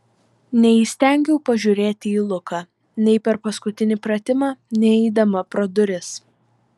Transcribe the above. neįstengiau pažiūrėti į luką nei per paskutinį pratimą nei eidama pro duris